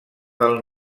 del